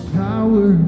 power